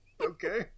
Okay